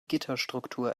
gitterstruktur